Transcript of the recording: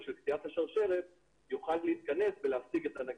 קטיעת השרשרת יוכל להתכנס ולהפסיק את הנגיף.